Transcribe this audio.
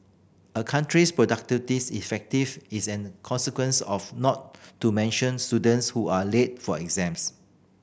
a country's productivity is effective is an consequence not to mention students who are late for exams